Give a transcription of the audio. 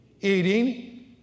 Eating